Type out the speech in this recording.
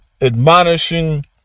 admonishing